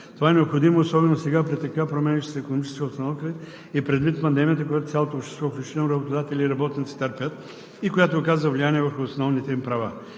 Това е необходимо особено сега при така променящата се икономическа обстановка и предвид пандемията, която цялото общество, включително работодатели и работници търпят и която оказва влияние върху основните им права.